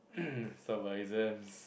so about exam